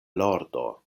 lordo